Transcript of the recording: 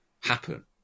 happen